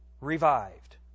revived